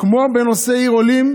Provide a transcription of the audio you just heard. כמו בנושא עיר עולים,